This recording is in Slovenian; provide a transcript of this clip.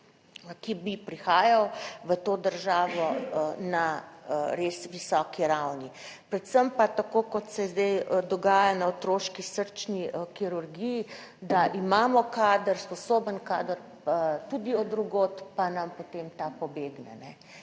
ki bi prihajal v to državo na res visoki ravni. Predvsem pa, tako kot se zdaj dogaja na otroški srčni kirurgiji, da imamo kader, sposoben kader tudi od drugod, pa nam potem ta pobegne.